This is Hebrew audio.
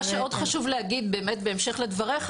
מה שעוד חשוב להגיד באמת בהמשך לדבריך,